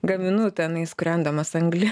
gaminu tenais kūrendamas anglį